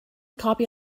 copy